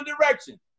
direction